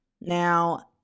Now